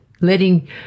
letting